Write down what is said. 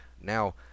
now